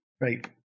Right